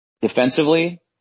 Defensively